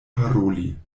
paroli